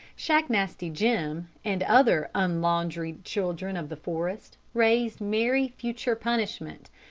shacknasty jim and other unlaundried children of the forest raised merry future punishment,